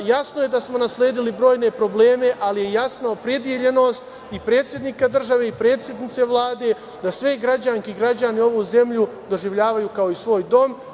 Jasno je da smo nasledili brojne probleme, ali je jasna opredeljenost i predsednika države i predsednice Vlade da sve građanke i građani ovu zemlju doživljavaju kao svoj dom.